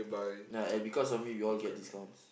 ya and because of me we all get discounts